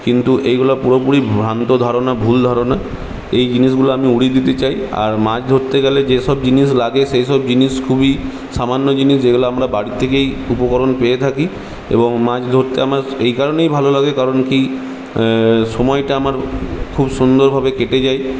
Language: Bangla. কিন্তু এইগুলা পুরোপুরি ভ্রান্ত ধারণা ভুল ধারণা এই জিনিসগুলা আমি উড়িয়ে দিতে চাই আর মাছ ধরতে গেলে যেসব জিনিস লাগে সেইসব জিনিস খুবই সামান্য জিনিস যেগুলা আমরা বাড়ির থেকেই উপকরণ পেয়ে থাকি এবং মাছ ধরতে আমার এই কারণেই ভালো লাগে কারণ কি সময়টা আমার খুব সুন্দরভাবে কেটে যায়